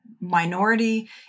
minority